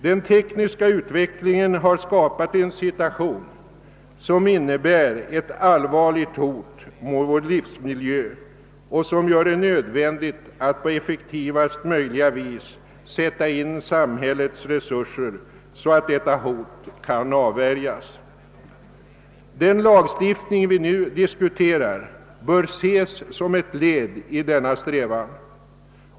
Den tekniska utvecklingen har skapat en situation som innebär ett allvarligt hot mot vår livsmiljö och som gör det nödvändigt att på effektivast möjliga vis sätta in samhällets resurser för att avvärja detta hot. Den lagstiftning vi nu diskuterar bör ses som ett led i denna strävan.